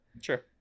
sure